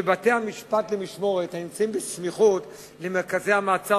שבתי-המשפט למשמורת הנמצאים בסמיכות למרכזי המעצר